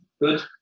good